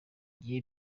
gihe